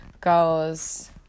goes